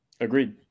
Agreed